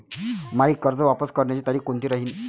मायी कर्ज वापस करण्याची तारखी कोनती राहीन?